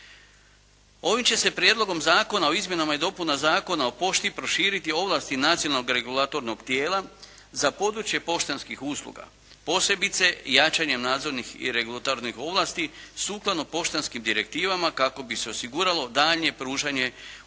Ovim će se Prijedlogom zakona o izmjenama i dopunama Zakona o pošti proširiti ovlasti nacionalnog regulatornog tijela za područje poštanskih usluga posebice jačanje nadzornih i regulatornih ovlasti sukladno poštanskim direktivama kako bi se osiguralo daljnje pružanje